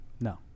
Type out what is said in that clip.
No